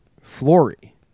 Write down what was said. Flory